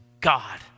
God